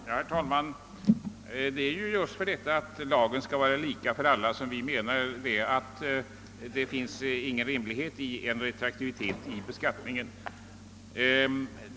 Herr talman! Det är just med hänsyn till att lagen skall vara lika för alla som vi anser att det inte är rimligt att beskattningen ges retroaktiv verkan.